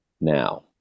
Now